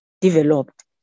developed